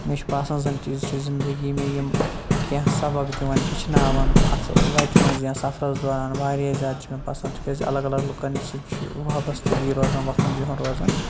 مےٚ چھِ باسان زَنہٕ تہِ چھِ زندگی مےٚ یِم کینٛہہ سبق دِوان ہیٚچھناوان اَتھٕ وَتہِ منٛز یا سفرَس دوران واریاہ زیادٕ چھِ مےٚ پسَنٛد تِکیٛازِ الگ الگ لُکَن سۭتۍ چھِ یہِ وابستگی روزان وۄتھُن بِہُن روزان